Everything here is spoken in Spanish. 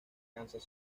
kansas